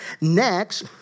Next